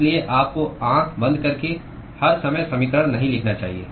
इसलिए आपको आँख बंद करके हर समय समीकरण नहीं लिखना चाहिए